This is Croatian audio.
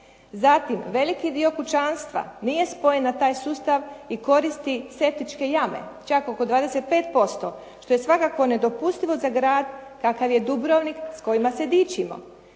Zatim veliki dio kućanstva nije spojen na taj sustav i koristi septičke jame, čak oko 25% što je svakako nedopustivo za grad kakav je Dubrovnik s kojime se dičimo.